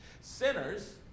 Sinners